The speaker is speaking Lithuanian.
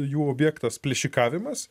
jų objektas plėšikavimas